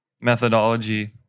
methodology